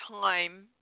time